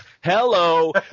Hello